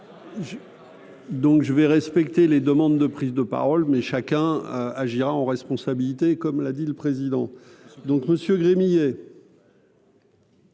Donc je vais respecter les demandes de prise de parole, mais chacun agira en responsabilité, comme l'a dit le président, donc Monsieur Gremillet.